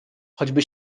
choćby